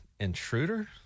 Intruder